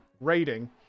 raiding